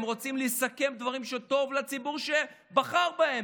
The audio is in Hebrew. הם רוצים לסכם דברים שטוב לציבור שבחר בהם.